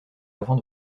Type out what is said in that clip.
avant